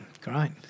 Great